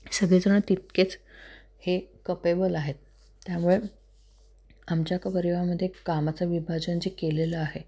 सगळेजणं तितकेच हे कपेबल आहेत त्यामुळे आमच्या क परिवारामध्ये कामाचं विभाजन जे केलेलं आहे